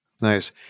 Nice